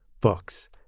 books